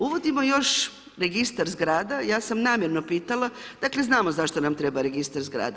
Uvodimo još registar zgrada, ja sam namjerno pitala, dakle, znamo zašto nam treba registar zgrada.